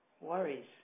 Worries